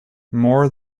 more